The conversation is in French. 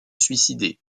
suicider